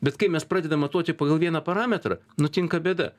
bet kai mes pradedam matuoti pagal vieną parametrą nutinka bėda